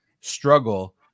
struggle